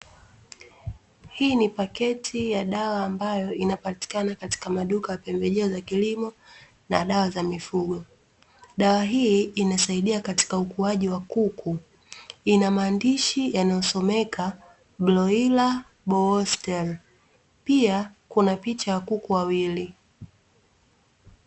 Hii ni pakiti ya dawa ambayo inapatikana katika maduka ya pembejeo za kilimo na dawa za mifugo, dawa hii inasaidia katika ukuaji wa kuku ina maandishi yanayosomeka "bloiler booster". Pia Kuna picha ya kuku wawili .